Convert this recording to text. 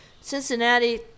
Cincinnati